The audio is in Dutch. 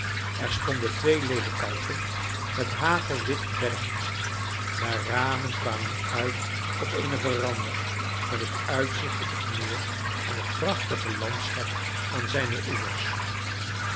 er stonden twee ledekanten met hagelwit beddegoed de ramen kwamen uit op eene veranda met het uitzicht op het meer en het prachtige landschap aan zijne oevers